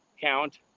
count